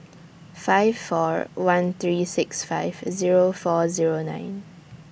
five four one three six five Zero four Zero nine